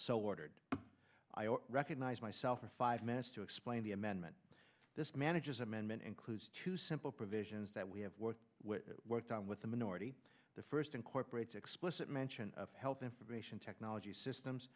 so ordered recognize myself for five minutes to explain the amendment this manager's amendment includes two simple provisions that we have worked worked on with the minority the first incorporates explicit mention of health information technology systems